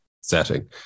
setting